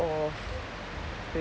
of